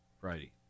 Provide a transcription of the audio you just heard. Friday